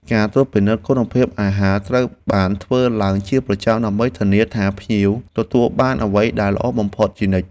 ការត្រួតពិនិត្យគុណភាពអាហារត្រូវបានធ្វើឡើងជាប្រចាំដើម្បីធានាថាភ្ញៀវទទួលបានអ្វីដែលល្អបំផុតជានិច្ច។